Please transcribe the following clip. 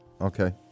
Okay